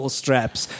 straps